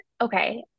okay